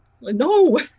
no